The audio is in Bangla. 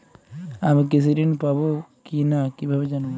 আমি কৃষি ঋণ পাবো কি না কিভাবে জানবো?